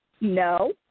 No